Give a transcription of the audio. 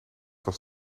was